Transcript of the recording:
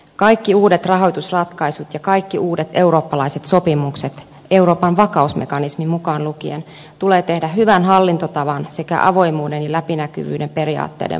kaikki uudet rahoitusratkaisut ja kaikki uudet eurooppalaiset sopimukset euroopan vakausmekanismi mukaan lukien tulee tehdä hyvän hallintotavan sekä avoimuuden ja läpinäkyvyyden periaatteiden mukaan